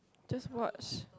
just watch